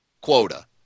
quota